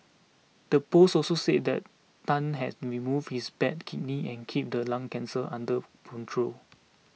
the post also said that Tan had removed his bad kidney and keep the lung cancer under control